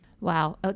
Wow